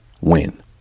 Win